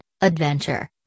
Adventure